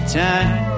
time